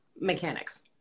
mechanics